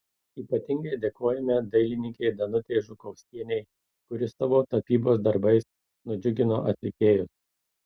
ypatingai dėkojame dailininkei danutei žukovskienei kuri savo tapybos darbais nudžiugino atlikėjus